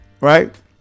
Right